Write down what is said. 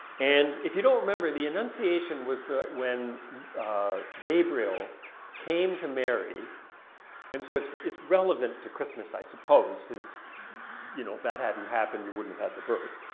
and if you don't remember the annunciation was the when ah gabriel came to mary and so it's it's relevant to christmas i suppose since you know if that hadn't happened you wouldn't have had the birth.